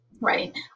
Right